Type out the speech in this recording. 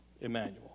Emmanuel